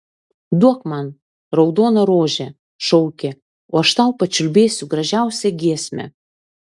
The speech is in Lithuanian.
duok man raudoną rožę šaukė o aš tau pačiulbėsiu gražiausią giesmę